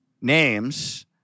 names